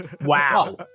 Wow